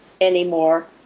anymore